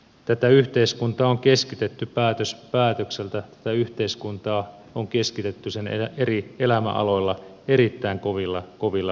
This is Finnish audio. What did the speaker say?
tätä yhteiskuntaa on keskitetty päätös päätökseltä tätä yhteiskuntaa on keskitetty sen eri elämänaloilla erittäin kovilla linjapäätöksillä